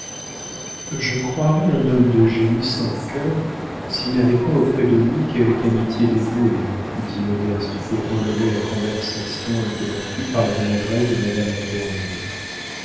je croirais un homme de génie sans cœur s'il n'avait pas auprès de lui quelque amitié dévouée dit modeste pour relever la conversation interrompue par la maladresse de madame latournelle